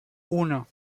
uno